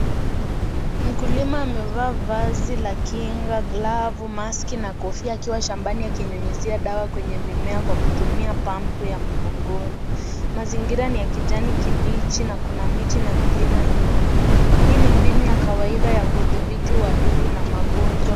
Mkulima amevaa vazi la kinga, glavu, maski na kofia akiwa shambani akinyunyuzia dawa kwenye mimea kwa kutumia pampu ya mgongoni. Mazingira ni ya kijani kibichi na kuna miti na milima nyuma. Hii ni mbinu ya kawaida ya kudhibiti wadudu na magonjwa.